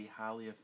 highly